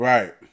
Right